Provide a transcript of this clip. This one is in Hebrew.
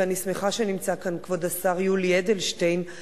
ואני שמחה שנמצא כאן כבוד השר יולי אדלשטיין,